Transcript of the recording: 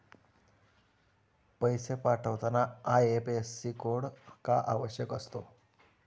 पैसे पाठवताना IFSC code का आवश्यक असतो?